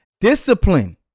Discipline